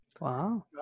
Wow